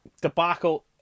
debacle